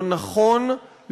לא נכון,